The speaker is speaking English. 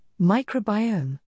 Microbiome